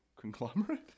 conglomerate